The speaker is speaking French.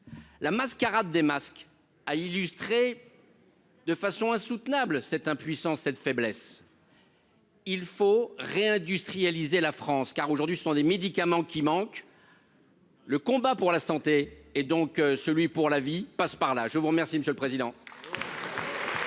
la mascarade des masques à illustrer de façon insoutenable cette impuissance cette faiblesse. Il faut réindustrialiser la France car aujourd'hui ce sont des médicaments qui manquent. Le combat pour la santé et donc celui pour la vie passe par là, je vous remercie, monsieur le président.